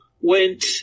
went